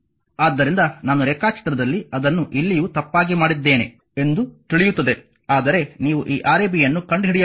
ಆದ್ದರಿಂದ ನಾನು ರೇಖಾಚಿತ್ರದಲ್ಲಿ ಅದನ್ನು ಇಲ್ಲಿಯೂ ತಪ್ಪಾಗಿ ಮಾಡಿದ್ದೇನೆ ಎಂದು ತಿಳಿಯುತ್ತದೆ ಆದರೆ ನೀವು ಈ Rab ಅನ್ನು ಕಂಡುಹಿಡಿಯಬೇಕು